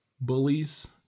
bullies